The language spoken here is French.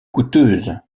coûteuse